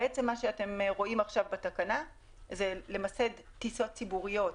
מה שאתם רואים עכשיו בתקנה זה למעשה טיסות ציבוריות